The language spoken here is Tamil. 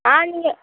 ஆ நீங்கள்